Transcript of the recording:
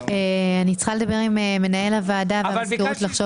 אני צריכה לדבר עם מנהל הוועדה על האפשרות לחשוב